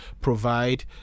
provide